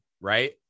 right